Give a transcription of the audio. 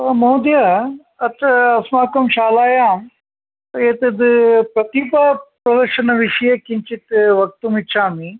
महोदय अत्र अस्माकं शालायां एतद् प्रतिभा प्रवर्षण विषये किञ्चित् वक्तुम् इच्छामि